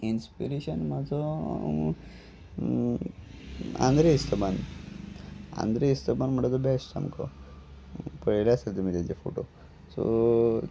inspiration म्हाजो आंध्रे इिस्तबान आंध्रे इिस्तबान म्हणटा तो बेस्ट सामको पळयले आसा तुमी तेजे फोटो सो